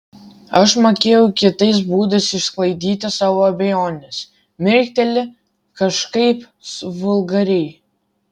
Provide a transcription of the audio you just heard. aš mokėjau kitais būdais išsklaidyti savo abejones mirkteli kažkaip vulgariai